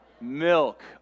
Milk